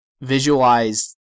visualize